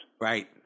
Right